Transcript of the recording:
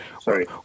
Sorry